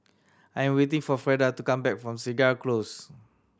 I'm waiting for Freda to come back from Segar Close